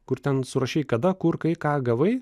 kur ten surašei kada kur kai ką gavai